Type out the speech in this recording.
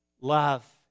love